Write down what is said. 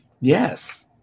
Yes